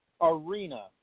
arena